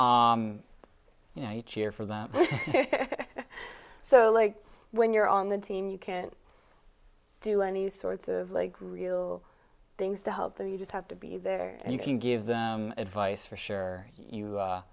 you know each year for them so like when you're on the team you can't do any sorts of like real things to help them you just have to be there and you can give them advice for sure you